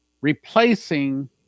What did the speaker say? replacing